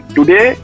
Today